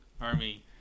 Army